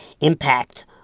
impact